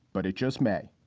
but it just may